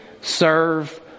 serve